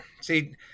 see